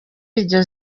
iryo